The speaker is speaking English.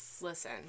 Listen